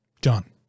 done